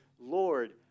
Lord